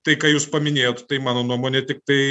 tai ką jūs paminėjot tai mano nuomone tiktai